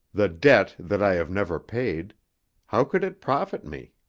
the debt that i have never paid how could it profit me?